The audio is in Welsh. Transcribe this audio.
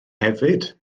hefyd